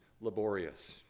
laborious